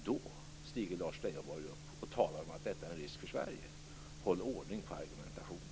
Då stiger Lars Leijonborg upp och talar om att detta är en risk för Sverige. Håll ordning på argumentationen!